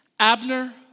Abner